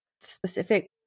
specific